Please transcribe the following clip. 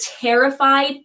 terrified